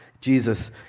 Jesus